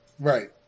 Right